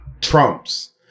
Trump's